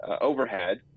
overhead